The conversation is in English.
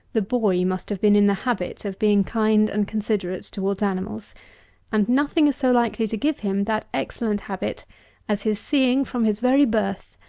the boy must have been in the habit of being kind and considerate towards animals and nothing is so likely to give him that excellent habit as his seeing, from his very birth,